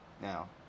now